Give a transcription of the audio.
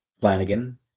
Flanagan